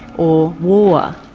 or war?